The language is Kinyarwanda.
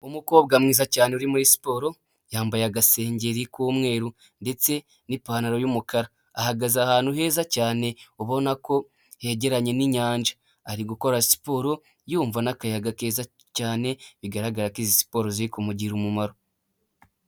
Umukobwa mwiza cyane uri muri siporo, yambaye agasengengeri k'umweru ndetse n'ipantaro y'umukara, ahagaze ahantu heza cyane, ubona ko hegeranye n'inyanja, ari gukora siporo, yumva n'akayaga keza cyane, bigaragara ko izi siporo ziko kumugira umumaro.